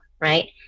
right